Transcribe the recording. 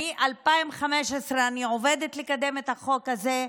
מ-2015 אני עובדת לקדם את החוק הזה,